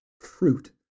fruit